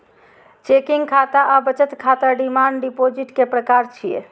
checking खाता आ बचत खाता डिमांड डिपोजिट के प्रकार छियै